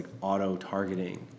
auto-targeting